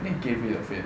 need get rid of it